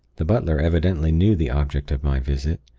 the butler evidently knew the object of my visit,